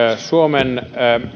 suomen